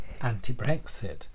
anti-brexit